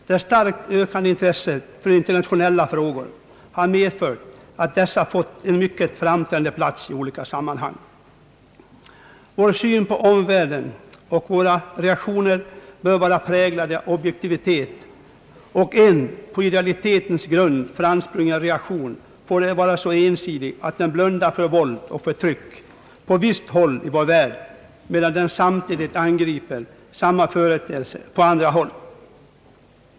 Det starkt ökade intresset för internationella frågor har medfört att dessa fått en mycket framträdande plats i olika sammanhang. Vår syn på omvärlden och våra reaktioner bör vara präglade av objektivitet, och en på idealitetens grund framsprungen reaktion får ej vara så ensidig, att den blundar för våld och förtryck på visst håll medan den samtidigt angriper samma företeelser på andra håll.